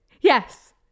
Yes